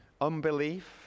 Unbelief